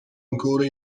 ancora